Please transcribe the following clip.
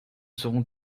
serons